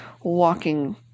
walking